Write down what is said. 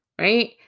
right